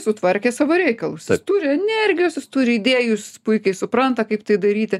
sutvarkė savo reikalus jis turi energijos jis turi idėjų jis puikiai supranta kaip tai daryti